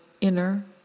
inner